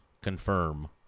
confirm